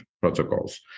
protocols